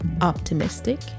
optimistic